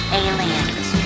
aliens